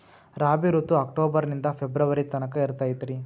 ರಾಬಿ ಋತು ಅಕ್ಟೋಬರ್ ನಿಂದ ಫೆಬ್ರುವರಿ ತನಕ ಇರತೈತ್ರಿ